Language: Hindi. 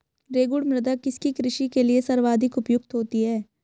रेगुड़ मृदा किसकी कृषि के लिए सर्वाधिक उपयुक्त होती है?